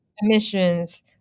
emissions